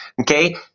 okay